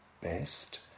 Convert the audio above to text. best